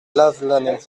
lavelanet